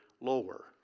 lower